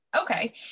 Okay